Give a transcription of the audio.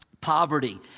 poverty